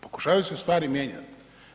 Pokušavaju se stvari mijenjati.